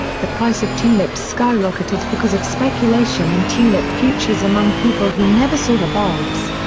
the price of tulips skyrocketed because of speculation in tulip futures among people who never saw the bulbs.